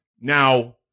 Now